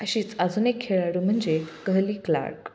अशीच अजुून एक खेळाडू म्हणजे कहली क्लार्क